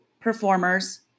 performers